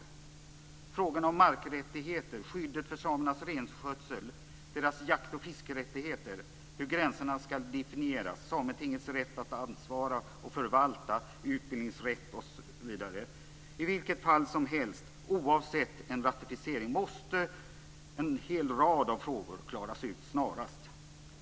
Det gäller frågorna om markrättigheter, skyddet för samernas renskötsel, deras jakt och fiskerättigheter, hur gränserna ska definieras, Sametingets rätt att ansvara och förvalta, utbildningsrätt osv. I vilket fall som helst: Oavsett en ratificering måste en hel rad frågor klaras ut snarast.